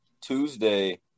Tuesday